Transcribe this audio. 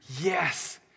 yes